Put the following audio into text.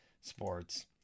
Sports